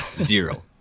zero